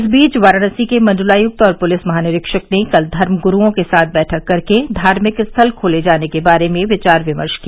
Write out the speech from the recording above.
इस बीच वाराणसी के मण्डलायुक्त और पुलिस महानिरीक्षक ने कल धर्मग्रूओं के साथ बैठक करके धार्मिक स्थल खोले जाने के बारे में विचार विमर्श किया